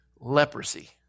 leprosy